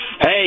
Hey